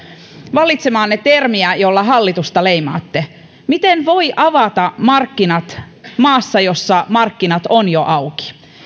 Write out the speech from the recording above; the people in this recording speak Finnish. valitsemaanne termiä jolla hallitusta leimaatte miten voi avata markkinat maassa jossa markkinat ovat jo auki